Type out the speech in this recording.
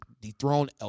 dethrone